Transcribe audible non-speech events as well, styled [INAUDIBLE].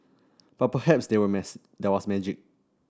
but perhaps there were [UNINTELLIGIBLE] there was magic